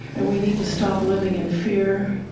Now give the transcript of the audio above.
and we need to stop living in fear.